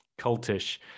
cultish